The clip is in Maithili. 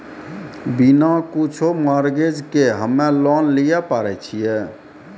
बिना कुछो मॉर्गेज के हम्मय लोन लिये पारे छियै?